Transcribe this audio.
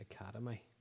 Academy